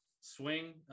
swing